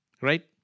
right